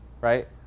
Right